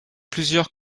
plusieurs